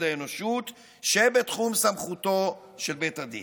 האנושות שבתחום סמכותו של בית הדין.